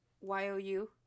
y-o-u